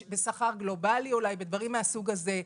ואולי שכר גלובלי ודברים מהסוג הזה,